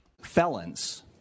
Felons